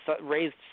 raised